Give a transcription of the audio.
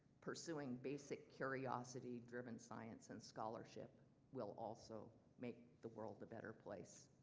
pursuing basic curiosity-driven science and scholarship will also make the world a better place.